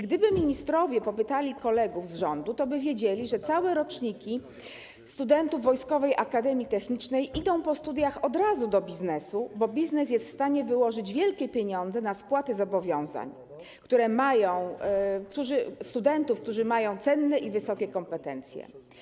Gdyby ministrowie popytali kolegów z rządu, toby wiedzieli, że całe roczniki studentów Wojskowej Akademii Technicznej po studiach od razu idą do biznesu, bo biznes jest w stanie wyłożyć wielkie pieniądze na spłaty zobowiązań studentów, którzy mają cenne i wysokie kompetencje.